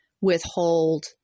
withhold